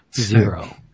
Zero